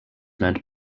meant